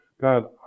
God